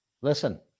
Listen